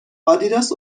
آدیداس